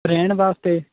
ਰਹਿਣ ਵਾਸਤੇ